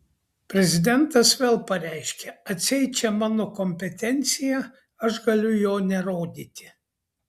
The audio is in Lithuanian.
prezidentas vėl pareiškia atseit čia mano kompetencija aš galiu jo nerodyti